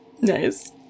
Nice